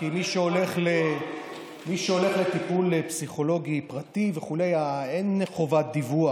כי מי שהולך לטיפול פסיכולוגי פרטי וכו' אין חובת דיווח.